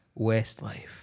Westlife